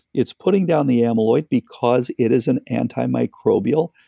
it's putting down the amyloid because it is an anti-microbial,